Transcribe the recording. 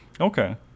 Okay